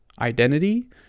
identity